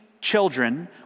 children